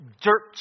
dirt